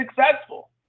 successful